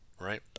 right